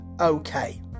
Okay